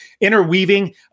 interweaving